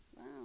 Wow